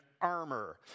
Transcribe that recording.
armor